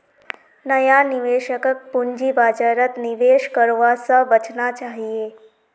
नया निवेशकक पूंजी बाजारत निवेश करवा स बचना चाहिए